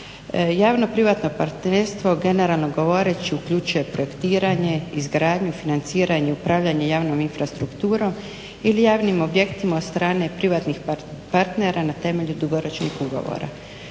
javno-privatno partnerstvo generalno govoreći uključuje projektiranje, izgradnju, financiranje, upravljanje javnom infrastrukturom ili javnim objektima od strane privatnih partnera na temelju dugoročnih ugovora.